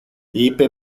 είπε